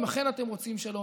אם אכן אתם רוצים שלום.